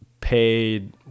paid